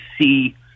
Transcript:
see